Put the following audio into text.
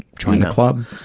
join the club.